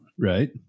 Right